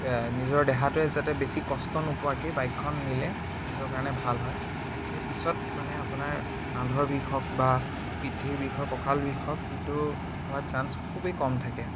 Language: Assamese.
নিজৰ দেহাটোৱে যাতে বেছি কষ্ট নোপোৱাকে বাইকখন নিলে নিজৰ কাৰণে ভাল হয় তেতিয়া পিছত মানে আপোনাৰ কান্ধৰ বিষ হওক বা পিঠিৰ বিষ হওক কঁকালৰ বিষ হওক সেইটো হোৱা চান্স খুবেই কম থাকে